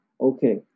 okay